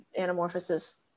anamorphosis